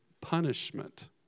punishment